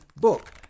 book